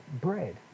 bread